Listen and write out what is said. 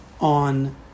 on